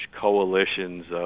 coalitions